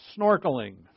snorkeling